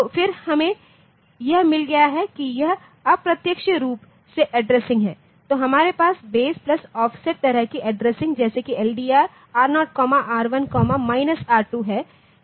फिर हमें यह मिल गया है कि यह अप्रत्यक्ष रूप से ऐड्रेसिंग है तो हमारे पास बेस प्लस ऑफसेट तरह की ऐड्रेसिंग जैसे कि LDR R0 R1 R2 है